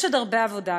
יש עוד הרבה עבודה,